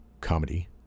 comedy